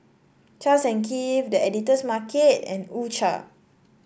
Charles and Keith The Editor's Market and U Cha